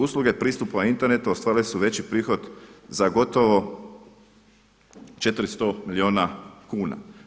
Usluge pristupa internetu ostvarile su veći prihod za gotovo 400 milijuna kuna.